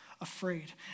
afraid